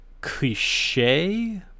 cliche